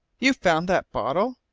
you found that bottle?